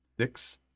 six